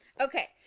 okay